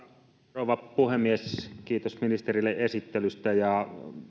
rouva puhemies kiitos ministerille esittelystä ja